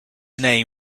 name